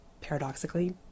paradoxically